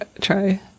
try